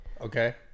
Okay